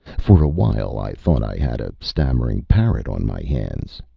for a while i thought i had a stammering parrot on my hands